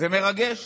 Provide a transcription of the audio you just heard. זה מרגש,